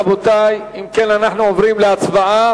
רבותי, אם כן, אנחנו עוברים להצבעה